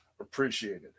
appreciated